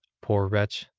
poor wretch.